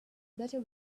better